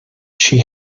she